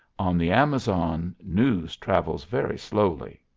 on the amazon news travels very slowly.